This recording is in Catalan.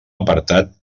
apartat